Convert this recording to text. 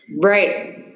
Right